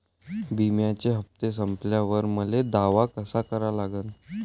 बिम्याचे हप्ते संपल्यावर मले दावा कसा करा लागन?